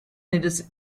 noticing